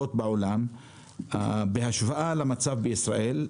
רבות בעולם בהשוואה למצב בישראל,